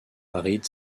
aride